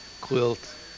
quilt